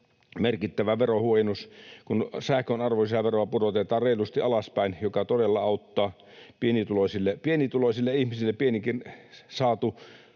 merkittävä verohuojennus, kun sähkön arvonlisäveroa pudotetaan reilusti alaspäin, mikä todella auttaa. Pienituloisille ihmisille pienikin saatu